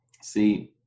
see